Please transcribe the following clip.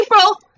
april